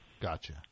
Gotcha